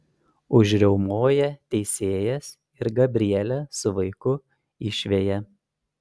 užriaumoja teisėjas ir gabrielę su vaiku išveja